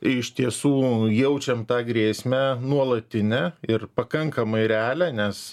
iš tiesų jaučiam tą grėsmę nuolatinę ir pakankamai realią nes